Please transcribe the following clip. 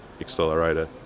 accelerator